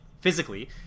physically